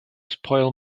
spoil